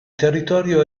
territorio